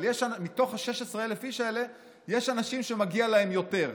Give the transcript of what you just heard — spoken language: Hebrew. אבל יש מתוך ה-16,000 אנשים שמגיע להם יותר.